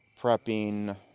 prepping